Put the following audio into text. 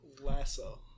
lasso